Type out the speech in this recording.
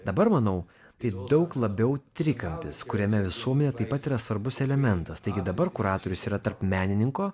dabar manau tai daug labiau trikampis kuriame visuomenė taip pat yra svarbus elementas taigi dabar kuratorius yra tarp menininko